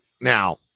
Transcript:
Now